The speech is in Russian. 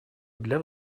для